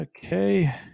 Okay